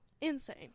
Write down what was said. Insane